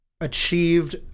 achieved